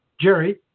Jerry